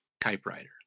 typewriter